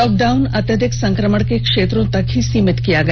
lockdown अत्यधिक संक्रमण के क्षेत्रों तक ही सीमित किया गया